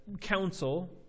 council